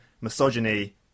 misogyny